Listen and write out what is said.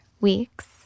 weeks